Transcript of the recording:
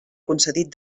concedit